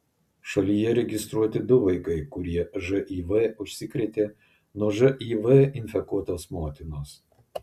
šalyje registruoti du vaikai kurie živ užsikrėtė nuo živ infekuotos motinos